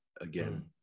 Again